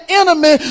enemy